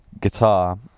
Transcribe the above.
guitar